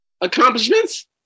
accomplishments